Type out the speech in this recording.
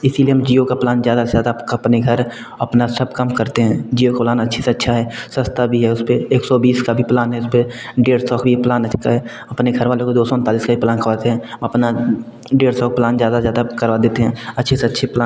इसीलिए हम जियो का प्लान ज़्यादा से ज़्यादा अपने घर अपना सब काम करते हैं जियो का प्लान अच्छे से अच्छा है सस्ता भी है उसपे एक सौ बीस का भी प्लान है उसपे डेढ़ सौ की प्लान है अपने घर वालों को दो सौ उनतालीस का ही प्लान करवाते हैं अपना डेढ़ सौ का प्लान ज़्यादा से ज़्यादा करवा देते हैं अच्छे से अच्छे प्लान